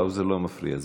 האוזר לא מפריע.